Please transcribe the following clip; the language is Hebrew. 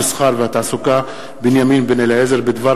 המסחר והתעסוקה בנימין בן-אליעזר בדבר